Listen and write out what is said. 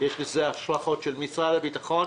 יש לכך השלכות של משרד הביטחון.